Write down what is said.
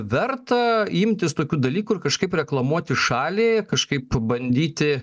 verta imtis tokių dalykų ir kažkaip reklamuoti šalį kažkaip pabandyti